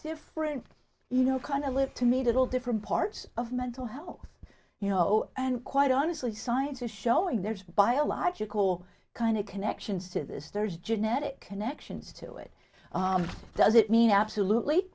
different you know kind of live to meet all different parts of mental health you know and quite honestly science is showing there's biological kind of connections to this there's genetic connections to it does it mean absolutely